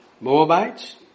Moabites